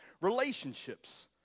relationships